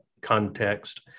context